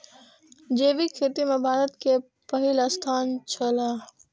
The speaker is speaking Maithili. जैविक खेती में भारत के पहिल स्थान छला